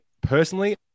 personally